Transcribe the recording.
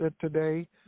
today